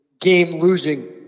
game-losing